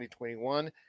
2021